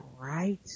right